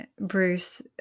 Bruce